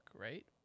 right